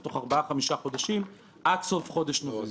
תוך ארבעה-חמישה חודשים עד סוף חודש נובמבר.